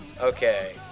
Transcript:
Okay